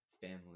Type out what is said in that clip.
family